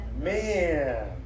man